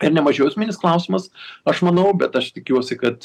ir nemažiau esminis klausimas aš manau bet aš tikiuosi kad